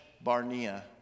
Barnea